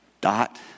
Dot